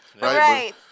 Right